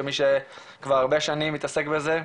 כמי שכבר הרבה שנים מתעסק בזה